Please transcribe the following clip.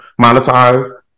monetize